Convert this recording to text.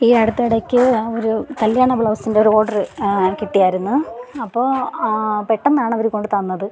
ഈ അടുത്തിടയ്ക്ക് ഒരു കല്യാണ ബ്ലൗസിൻ്റെ ഒരു ഓഡർ കിട്ടിയിരുന്നു അപ്പോൾ പെട്ടന്നാണ് അവർ കൊണ്ടുതന്നത്